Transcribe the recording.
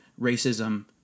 racism